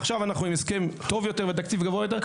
ועכשיו אנחנו עם הסכם טוב יותר ועם תקציב גבוה יותר,